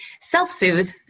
self-soothe